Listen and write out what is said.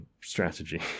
strategy